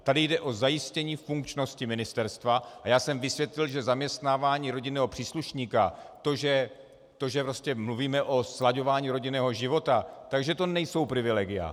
Tady jde o zajištění funkčnosti ministerstva, a já jsem vysvětlil, že zaměstnávání rodinného příslušníka, to, že mluvíme o slaďování rodinného života, nejsou privilegia.